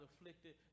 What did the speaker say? afflicted